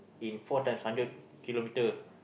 in four times hundred kilometre